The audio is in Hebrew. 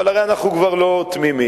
הרי אנחנו כבר לא תמימים,